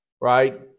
right